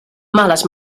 males